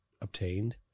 obtained